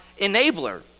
enabler